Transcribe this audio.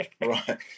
Right